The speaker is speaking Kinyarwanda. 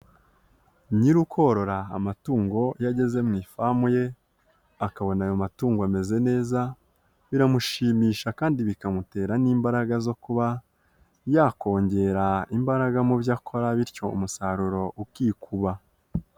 Nyiri ukorora amatungo iyo ageze mu ifamu ye akabona ayo matungo ameze neza, biramushimisha kandi bikamutera n'imbaraga zo kuba yakongera imbaraga mu byo akora bityo umusaruro ukikuba.